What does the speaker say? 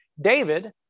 David